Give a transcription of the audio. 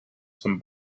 zum